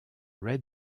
red